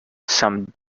some